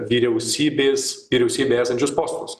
vyriausybės vyriausybėje esančius postus